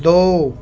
ਦੋ